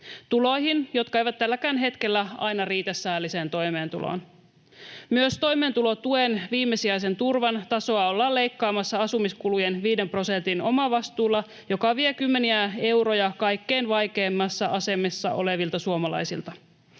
tuloihin, jotka eivät tälläkään hetkellä aina riitä säälliseen toimeentuloon. Myös toimeentulotuen, viimesijaisen turvan, tasoa ollaan leikkaamassa asumiskulujen 5 prosentin omavastuulla, joka vie kymmeniä euroja kaikkein vaikeimmassa asemassa olevilta suomalaisilta.